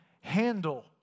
handle